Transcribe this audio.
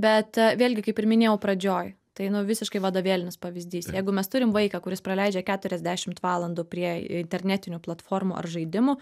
bet a vėlgi kaip ir minėjau pradžioj tai nu visiškai vadovėlinis pavyzdys jeigu mes turim vaiką kuris praleidžia keturiasdešimt valandų prie internetinių platformų ar žaidimų